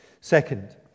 Second